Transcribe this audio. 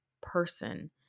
person